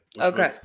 Okay